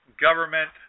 government